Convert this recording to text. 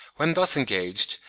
when thus engaged,